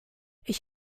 ich